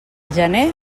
gener